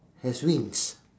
has wings